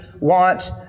want